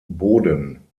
boden